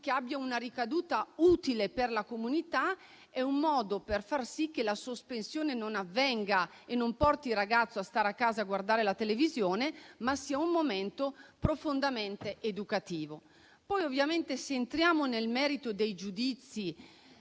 che abbia una ricaduta utile per la comunità, è un modo per far sì che la sospensione non avvenga e non porti il ragazzo a stare a casa a guardare la televisione, ma sia un momento profondamente educativo. Ovviamente, se entriamo nel merito dei giudizi,